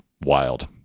wild